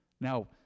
Now